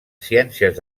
ciències